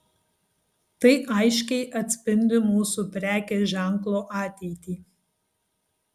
tai aiškiai atspindi mūsų prekės ženklo ateitį